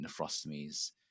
nephrostomies